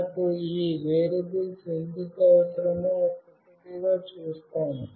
మనకు ఈ వేరియబుల్స్ ఎందుకు అవసరమో ఒక్కొక్కటిగా చూస్తాము